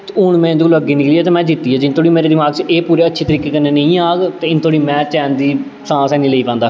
ते हून में इं'दे कोलूं अग्गें निकली गेआ ते में जित्ती गेआ जिन्ने धोड़ी मेरे दमाक च एह् पूरे अच्छे तरीके कन्नै नेईं औग ते इन्ने धोड़ी में चैन दी सांस है निं लेई पांदा फिर